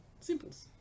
simples